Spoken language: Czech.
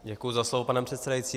Děkuji za slovo, pane předsedající.